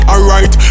Alright